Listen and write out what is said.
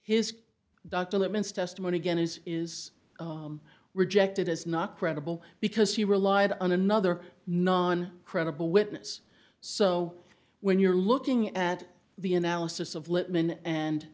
his doctor laments testimony again is is rejected as not credible because he relied on another non credible witness so when you're looking at the analysis of lippman and